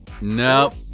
Nope